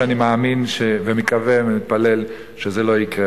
ואני מאמין מקווה ומתפלל שזה לא יקרה.